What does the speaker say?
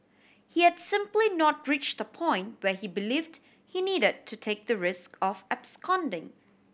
he had simply not reach the point where he believed he needed to take the risk of absconding